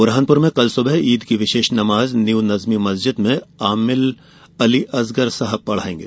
बुरहानपुर में सुबह ईद की विशेष नमाज न्यू नजमी मस्जिद में आमिल अली असगर साहब पढ़ाएंगे